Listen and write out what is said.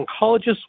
oncologists